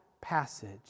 passage